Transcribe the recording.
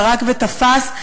זרק ותפס,